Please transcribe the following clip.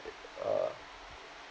uh